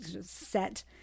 set